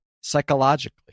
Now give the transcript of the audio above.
psychologically